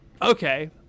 okay